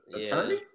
attorney